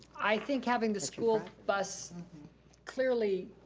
i think, having the school bus clearly.